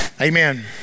Amen